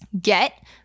get